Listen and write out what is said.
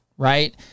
right